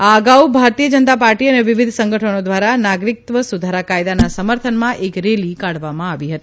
આ અગાઉ ભારતીય જનતા પાર્ટી અને વિવિધ સંગઠનો ધ્વારા નાગરિકત્વ સુધારા કાયદાના સમર્થનમાં એક રેલી કાઢવામાં આવી હતી